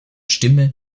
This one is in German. stimme